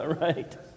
right